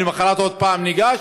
ולמחרת עוד פעם ניגש,